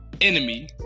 enemy